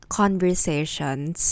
conversations